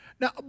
Now